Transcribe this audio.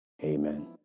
Amen